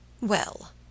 Well